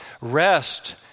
Rest